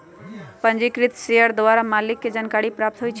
पंजीकृत शेयर द्वारा मालिक के जानकारी प्राप्त होइ छइ